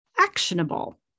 actionable